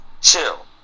chill